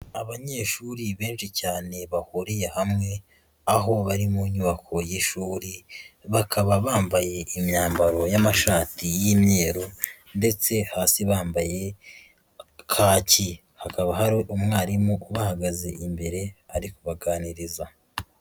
Abanyeshuri benshi cyane bahuriye hamwe, aho bari mu nyubako y'ishuri, bakaba bambaye imyambaro y'amashati y'imyeru ndetse hasi bambaye kaki, hakaba hari umwarimu ubahagaze imbere ari kubaganiriza.